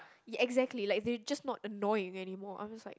exactly like they just not annoying anymore I'm just like